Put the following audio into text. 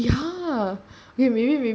oh ya okay maybe maybe uh